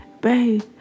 babe